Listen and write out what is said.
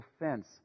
offense